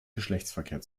geschlechtsverkehr